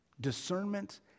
Discernment